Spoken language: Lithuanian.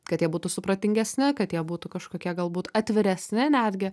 kad jie būtų supratingesni kad jie būtų kažkokie galbūt atviresni netgi